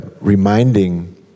reminding